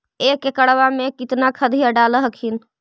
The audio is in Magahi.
एक एकड़बा मे कितना खदिया डाल हखिन?